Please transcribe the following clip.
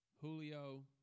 Julio